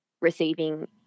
receiving